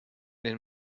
den